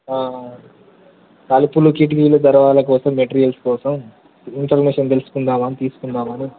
తలుపులు కిటికీలు దర్వాజాలు కోసం మెటీరియల్ కోసం ఇన్ఫర్మేషన్ తెలుసుకుందామని తీసుకుందామని